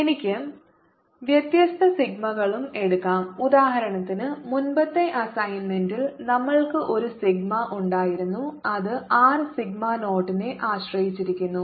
എനിക്ക് വ്യത്യസ്ത സിഗ്മകളും എടുക്കാം ഉദാഹരണത്തിന് മുമ്പത്തെ അസൈൻമെൻറിൽ നമ്മൾക്ക് ഒരു സിഗ്മ ഉണ്ടായിരുന്നു അത് r സിഗ്മ0 നെ ആശ്രയിച്ചിരിക്കുന്നു